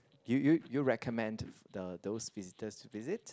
you you you recommend the those visitors to visit